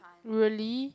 really